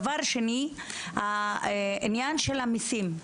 דבר שני, העניין של המיסים,